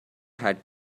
had